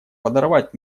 подорвать